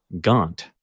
Gaunt